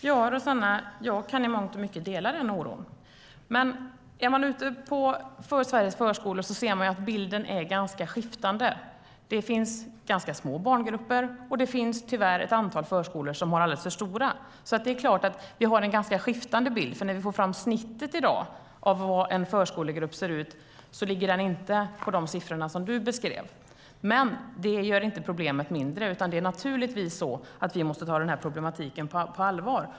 Herr talman! Jag kan i mångt och mycket dela oron, Rossana. Men är man ute på Sveriges förskolor kan man se att bilden är ganska skiftande. Det finns ganska små barngrupper, och det finns tyvärr ett antal förskolor som har alldeles för stora. Vi har en ganska skiftande bild. När vi i dag får fram snittet för hur en förskolegrupp ser ut ligger det inte på de siffror som du beskrev. Men det gör inte problemet mindre. Vi måste naturligtvis ta problematiken på allvar.